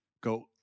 go